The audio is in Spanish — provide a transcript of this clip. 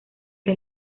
que